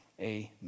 Amen